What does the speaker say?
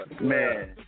Man